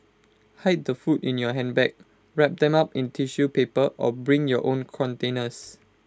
hide the food in your handbag wrap them up in tissue paper or bring your own containers